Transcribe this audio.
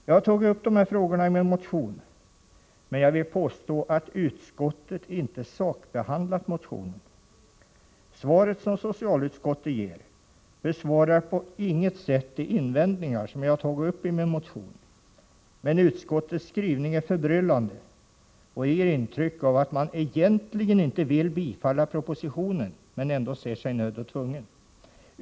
Jag har tagit upp dessa frågor i min motion, men jag vill påstå att utskottet inte har sakbehandlat motionen. Svaret som socialutskottet ger besvarar på intet sätt de invändningar som jag har tagit upp i min motion. Utskottets skrivning är förbryllande och ger intryck av att man egentligen inte vill bifalla propositionen, men att man ändå ser sig nödd och tvungen att göra det.